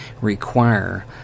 require